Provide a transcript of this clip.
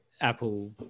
Apple